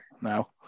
now